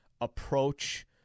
approach